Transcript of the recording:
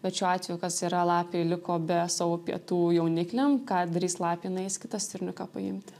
bet šiuo atveju kas yra lapė liko be savo pietų jaunikliam ką darys lapė jinai eis kitą stirniuką paimti